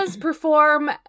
perform